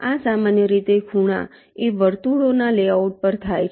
આ સામાન્ય રીતે ખૂણા એ વર્તુળોના લેઆઉટ પર થાય છે